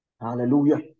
Hallelujah